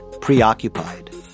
preoccupied